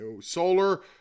Solar